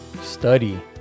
study